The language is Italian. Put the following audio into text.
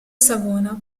savona